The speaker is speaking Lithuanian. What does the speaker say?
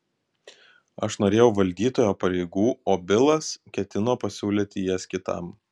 aš norėjau valdytojo pareigų o bilas ketino pasiūlyti jas kitam